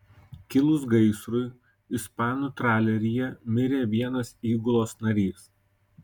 kilus gaisrui ispanų traleryje mirė vienas įgulos narys